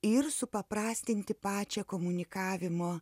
ir supaprastinti pačią komunikavimo